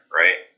right